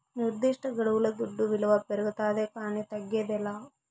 నిర్దిష్టగడువుల దుడ్డు విలువ పెరగతాదే కానీ తగ్గదేలా